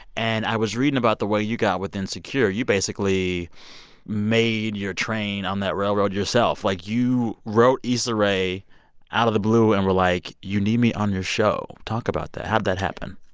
and i was reading about the way you got with insecure. you basically made your train on that railroad yourself. like, you wrote issa rae out of the blue and were like, you need me on your show. talk about that. how'd that happen?